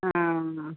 ആണോ